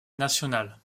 national